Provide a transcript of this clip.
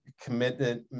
commitment